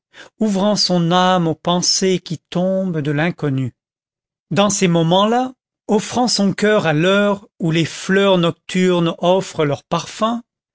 ouvrant son âme aux pensées qui tombent de l'inconnu dans ces moments-là offrant son coeur à l'heure où les fleurs nocturnes offrent leur parfum